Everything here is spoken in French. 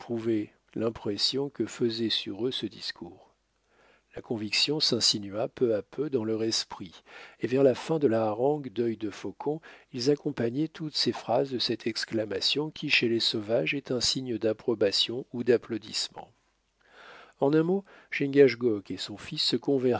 l'impression que faisait sur eux ce discours la conviction s'insinua peu à peu dans leur esprit et vers la fin de la harangue dœil de faucon ils accompagnaient toutes ses phrases de cette exclamation qui chez les sauvages est un signe d'approbation ou d'applaudissement en un mot chingachgook et son fils se